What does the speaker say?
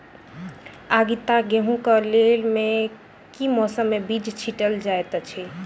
आगिता गेंहूँ कऽ लेल केँ मौसम मे बीज छिटल जाइत अछि?